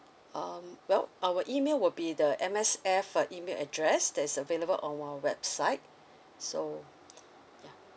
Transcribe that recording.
um well our email will be the M_S_F uh email address that is available on our website so yeah